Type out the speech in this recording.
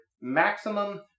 maximum